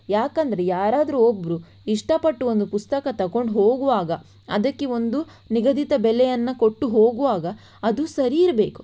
ಯಾಕೆಂದರೆ ಯಾರಾದರೂ ಒಬ್ಬರು ಇಷ್ಟಪಟ್ಟು ಒಂದು ಪುಸ್ತಕ ತಗೊಂಡು ಹೋಗುವಾಗ ಅದಕ್ಕೆ ಒಂದು ನಿಗದಿತ ಬೆಲೆಯನ್ನು ಕೊಟ್ಟು ಹೋಗುವಾಗ ಅದು ಸರಿ ಇರಬೇಕು